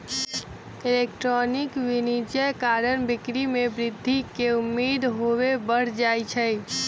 electronic वाणिज्य कारण बिक्री में वृद्धि केँ उम्मेद सेहो बढ़ जाइ छइ